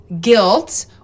guilt